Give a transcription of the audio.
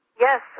Yes